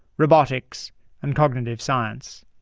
robotics and cognitive science.